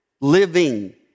living